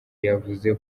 yavuze